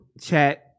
chat